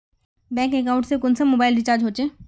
Bank account से कुंसम mobile recharge होचे?